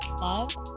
love